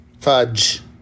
Fudge